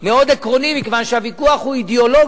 מאוד עקרוני, מכיוון שהוויכוח הוא אידיאולוגי,